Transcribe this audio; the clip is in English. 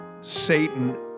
Satan